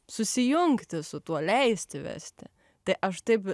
susijungti su tuo leisti vesti tai aš taip